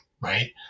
right